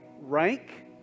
rank